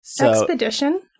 Expedition